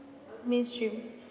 mainstream